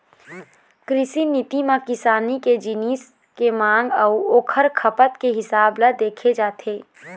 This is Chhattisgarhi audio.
कृषि नीति म किसानी के जिनिस के मांग अउ ओखर खपत के हिसाब ल देखे जाथे